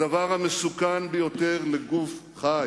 הדבר המסוכן ביותר לגוף חי,